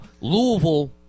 Louisville